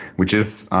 which is